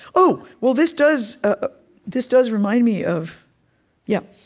oh, well, this does ah this does remind me of yeah.